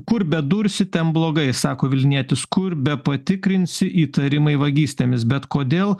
kur bedursi ten blogai sako vilnietis kur be patikrinsi įtarimai vagystėmis bet kodėl